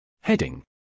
Heading